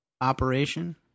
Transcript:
Operation